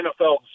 NFL